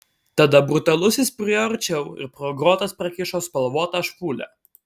tada brutalusis priėjo arčiau ir pro grotas prakišo spalvotą špūlę